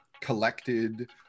collected